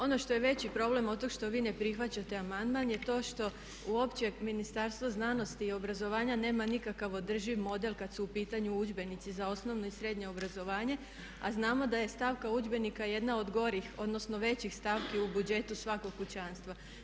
Ono što je veći problem od tog što vi ne prihvaćate amandman je to što uopće Ministarstvo znanosti i obrazovanja nema nikakav održiv model kad su u pitanju udžbenici za osnovno i srednje obrazovanje, a znamo da je stavka udžbenika jedna od gorih odnosno većih stavki u budžetu svakog kućanstva.